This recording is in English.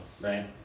right